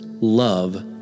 love